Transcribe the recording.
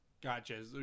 gotcha